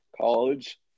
College